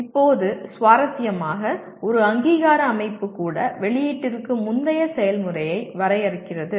இப்போது சுவாரஸ்யமாக ஒரு அங்கீகார அமைப்பு கூட வெளியீட்டிற்கு முந்தைய செயல்முறையைப் வரையறுக்கிறது